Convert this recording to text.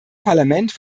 parlament